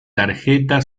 tarjeta